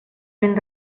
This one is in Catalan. ben